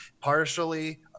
partially